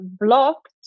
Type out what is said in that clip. blocked